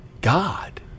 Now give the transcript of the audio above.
god